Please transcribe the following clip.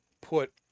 put